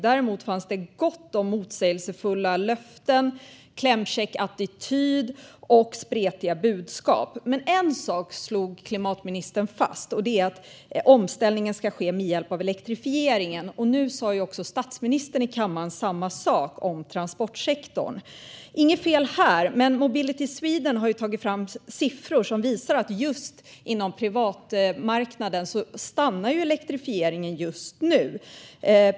Däremot fanns det gott om motsägelsefulla löften, klämkäck attityd och spretiga budskap. Men en sak slog klimatministern fast: att omställningen ska ske med hjälp av elektrifieringen. Nu sa statsministern samma sak i kammaren om transportsektorn. Det är inget fel med det. Men Mobility Sweden har tagit fram siffror som visar att elektrifieringen inom privatmarknaden just nu stannar av.